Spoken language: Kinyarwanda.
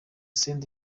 senderi